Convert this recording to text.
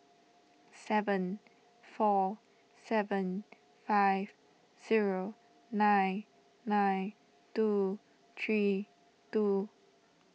seven four seven five zero nine nine two three two